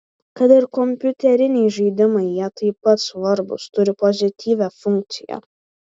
kad ir kompiuteriniai žaidimai jie taip pat svarbūs turi pozityvią funkciją